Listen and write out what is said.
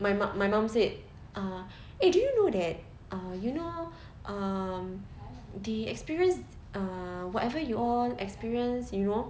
my mak my mum said ah eh do you know that ah you know um they experienced uh whatever you all experience you know